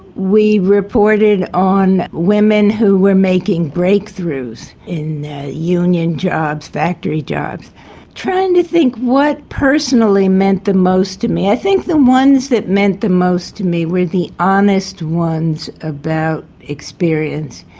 we reported on women who were making breakthroughs in union jobs, factory jobs. i'm trying to think what personally meant the most to me. i think the ones that meant the most to me were the honest ones about experience.